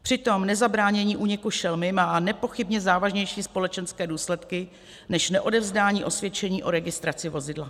Přitom nezabránění úniku šelmy má nepochybně závažnější společenské důsledky, než neodevzdání osvědčení o registraci vozidla.